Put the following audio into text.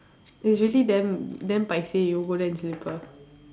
it's really damn damn paiseh you go there in slipper